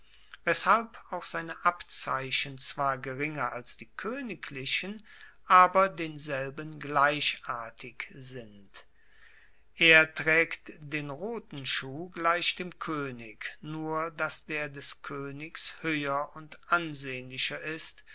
weshalb auch seine abzeichen zwar geringer als die koeniglichen aber denselben gleichartig sind er traegt den roten schuh gleich dem koenig nur dass der des koenigs hoeher und ansehnlicher ist